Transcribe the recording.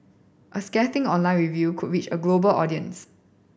a scathing online review could reach a global audience